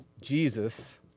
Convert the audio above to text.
Jesus